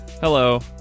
Hello